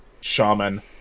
shaman